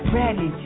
ready